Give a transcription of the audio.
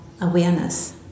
awareness